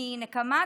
מנקמה,